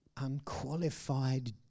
unqualified